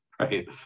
right